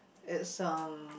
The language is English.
it's um